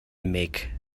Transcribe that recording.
make